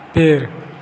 पेड़